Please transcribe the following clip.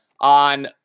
on